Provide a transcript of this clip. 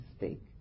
mistake